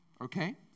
Okay